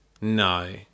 No